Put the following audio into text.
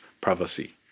privacy